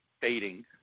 fading